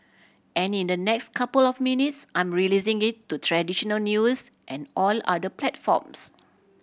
and in the next couple of minutes I'm releasing it to traditional news and all other platforms